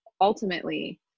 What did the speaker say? ultimately